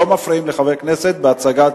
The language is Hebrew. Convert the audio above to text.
לא מפריעים לחבר כנסת בהצגת